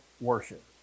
worship